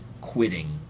quitting